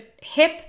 hip